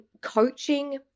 coaching